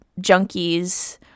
junkies